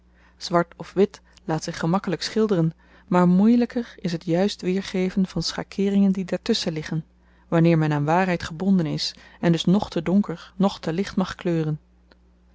zwart of wit laat zich gemakkelyk schilderen maar moeielyker is t juist weergeven van schakeeringen die daartusschen liggen wanneer men aan waarheid gebonden is en dus noch te donker noch te licht mag kleuren